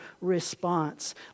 response